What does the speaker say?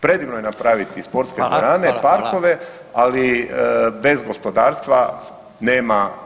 Predivno je napravit i sportske dvorane i parkove, ali bez gospodarstva nema…